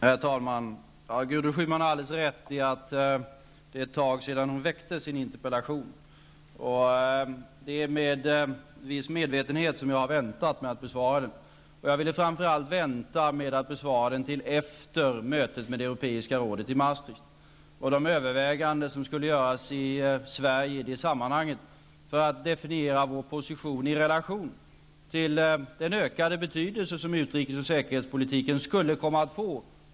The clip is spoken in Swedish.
Herr talman! Gudrun Schyman har alldeles rätt i att det är ett tag sedan hon väckte sin interpellation. Det är med viss medvetenhet som jag har väntat med att besvara den. Jag ville framför allt vänta med att besvara den till efter mötet med Europeiska rådet i Maastricht och de överväganden som skulle göras i Sverige i det sammanhanget för att definiera vår position i relation till den ökade betydelse som utrikes och säkerhetspolitiken skulle komma att få.